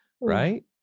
right